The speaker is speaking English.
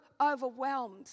overwhelmed